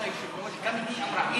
גם לי אמרה,